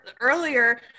earlier